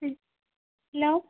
hello